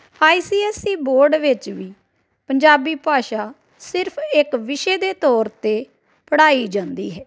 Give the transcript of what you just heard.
ਆਈ C S E board ਵਿੱਚ ਵੀ ਪੰਜਾਬੀ ਭਾਸ਼ਾ ਸਿਰਫ਼ ਇੱਕ ਵਿਸ਼ੇ ਦੇ ਤੌਰ 'ਤੇ ਪੜ੍ਹਾਈ ਜਾਂਦੀ ਹੈ